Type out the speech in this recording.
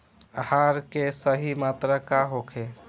आहार के सही मात्रा का होखे?